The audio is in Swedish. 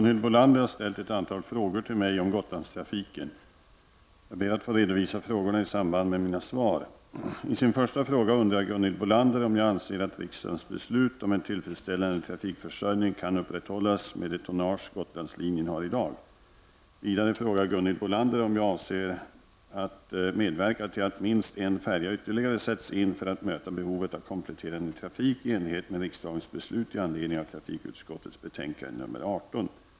Herr talman! Gunhild Bolander har ställt ett antal frågor till mig om Gotlandstrafiken. Jag ber att få redovisa frågorna i samband med mina svar.